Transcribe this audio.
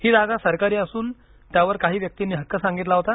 ही जागा सरकारी असून त्यावर काही व्यक्तींनी हक्क सांगितलं होता